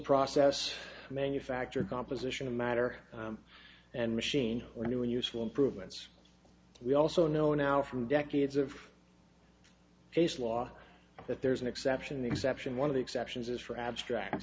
process manufactured composition of matter and machine or new and useful improvements we also know now from decades of base law that there's an exception exception one of the exceptions is for abstract